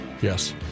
Yes